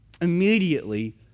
immediately